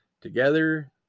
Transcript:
Together